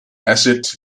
acid